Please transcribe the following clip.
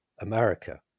America